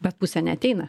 bet pusė neateina